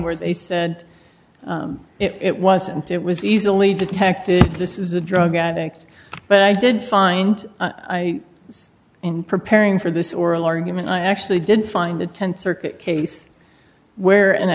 where they said it wasn't it was easily detected this is a drug addict but i did find i in preparing for this oral argument i actually did find the th circuit case where